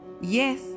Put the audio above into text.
Yes